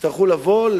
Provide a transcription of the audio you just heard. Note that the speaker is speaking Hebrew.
יצטרכו לבוא,